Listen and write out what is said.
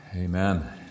amen